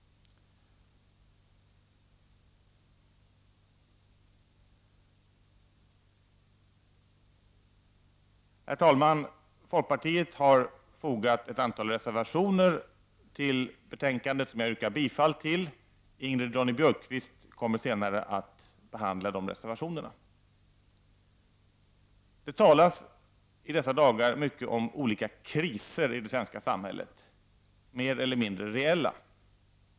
Herr talman! Folkpartiet har fogat ett antal reservationer till betänkandet, vilka jag yrkar bifall till. Ingrid Ronne-Björkqvist kommer senare att behandla reservationerna. Det talas i dessa dagar mycket om olika kriser i det svenska samhället, mer eller mindre reella.